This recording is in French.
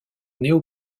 néo